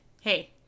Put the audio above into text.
hey